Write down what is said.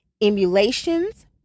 emulations